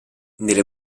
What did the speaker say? nelle